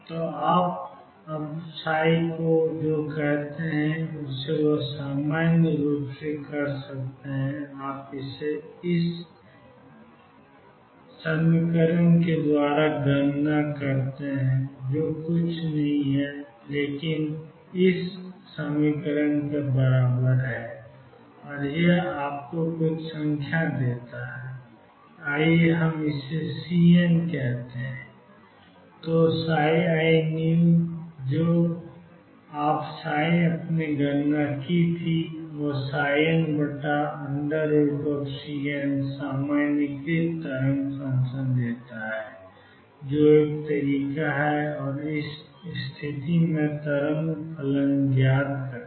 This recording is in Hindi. तो अब आप को जो करते हैं उसे सामान्य करते हैं आप 0L2dx की गणना करते हैं जो कुछ भी नहीं होगा लेकिन i1Ni2x और यह आपको कुछ संख्या देता है आइए हम CN कहें तो inew जो भी आपने पहले गणना की थी iCNसामान्यीकृत तरंग फ़ंक्शन देता है जो एक तरीका है इस स्थिति में तरंग फलन ज्ञात करना